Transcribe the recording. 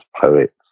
poets